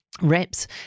Reps